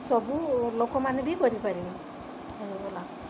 ସବୁ ଲୋକମାନେ ବି କରିପାରିବେ ହେଇଗଲା